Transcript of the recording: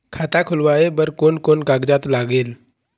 खाता खुलवाय बर कोन कोन कागजात लागेल?